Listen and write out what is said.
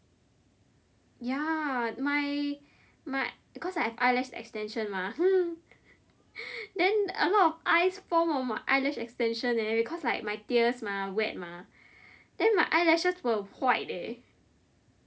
ya my my cause I have eyelash extension mah then a lot of ice form on my eyelash extension leh because like my tears mah wet mah then my eyelashes were white leh